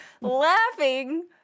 laughing